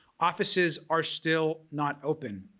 offices are still not open,